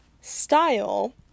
Style